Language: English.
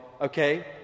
okay